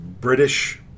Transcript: British